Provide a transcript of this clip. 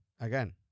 Again